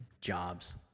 jobs